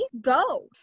go